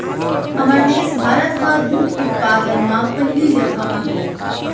हमर देस भारत हर दूद उत्पादन म पहिली जघा म हे